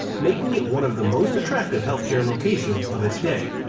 making it one of the most attractive healthcare locations of its day.